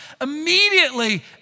Immediately